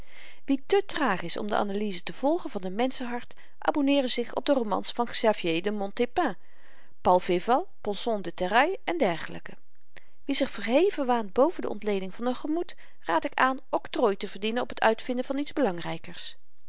wie te traag is om de analyse te volgen van n menschenhart abonneere zich op de romans van xavier de montépin paul féval ponson du terrail en dergelyken wie zich verheven waant boven de ontleding van een gemoed raad ik aan octrooi te verdienen op t uitvinden van iets belangrykers